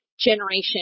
Generation